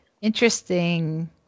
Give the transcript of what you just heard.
Interesting